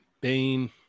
Bane